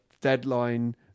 deadline